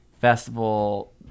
festival